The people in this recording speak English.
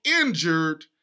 injured